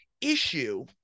issue